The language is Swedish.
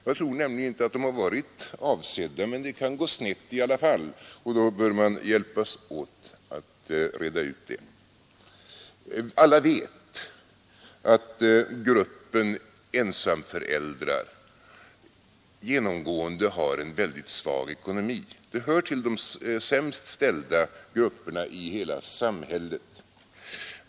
Jag tror alltså inte att de har varit avsedda, men det kan gå snett i alla fall, och då bör man hjälpas åt att reda ut det. Alla vet att gruppen ensamföräldrar genomgående har en väldigt svag ekonomi. Den hör till de sämst ställda grupperna i hela samhället.